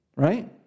Right